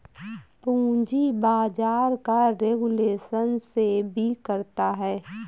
पूंजी बाजार का रेगुलेशन सेबी करता है